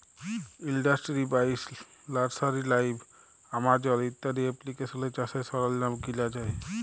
industry বাইশ, nursery live, Amazon ইত্যাদি এপ্লিকেশলে চাষের সরল্জাম কিলা যায়